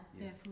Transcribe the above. Yes